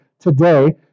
today